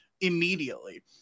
immediately